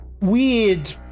weird